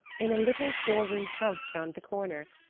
in a little four-room house around the corner.